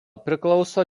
priklauso